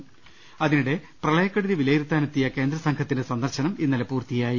് അതിനിടെ പ്രളയക്കെടുതി വിലയിരുത്താനെത്തിയ കേന്ദ്രസംഘത്തിന്റെ സ ന്ദർശനം ഇന്നലെ പൂർത്തിയായി